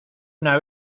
una